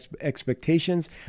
expectations